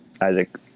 Isaac